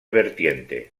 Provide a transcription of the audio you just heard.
vertiente